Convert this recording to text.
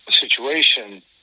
situation